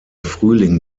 frühling